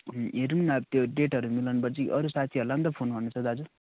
ए हेरौँ न त्यो डेटहरू मिलाउनु पर्छ अरू साथीहरूलाई त फोन गर्नु पर्छ दाजु